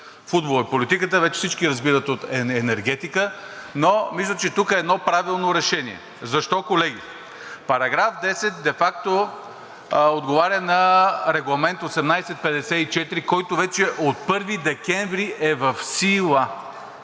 футбол и политика, вече всички разбират и от енергетика, но мисля, че тук е правилно решението. Защо, колеги? Параграф 10 де факто отговаря на Регламент № 1854, който вече от 1 декември е в сила.